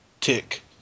Tick